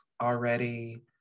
already